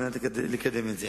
על מנת לקדם את זה.